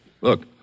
Look